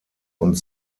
und